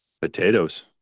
potatoes